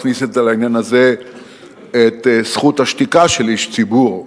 מכניס לעניין הזה את זכות השתיקה של איש ציבור,